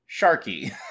Sharky